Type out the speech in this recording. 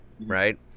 right